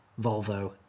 Volvo